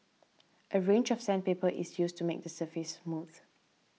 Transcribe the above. a range of sandpaper is used to make the surface smooth